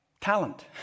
Talent